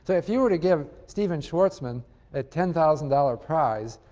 so if you were to give stephen schwartzman a ten thousand dollars prize,